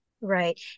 Right